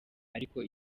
ariko